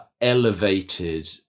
elevated